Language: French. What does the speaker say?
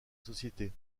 société